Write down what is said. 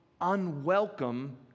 unwelcome